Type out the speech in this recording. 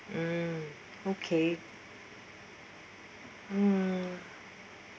mm okay hmm